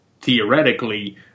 theoretically